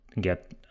get